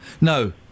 No